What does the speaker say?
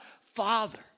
Father